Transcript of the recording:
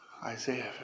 Isaiah